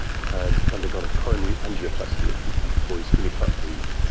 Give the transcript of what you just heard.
had undergone a coronary angioplasty, a treatment for ischaemic heart disease,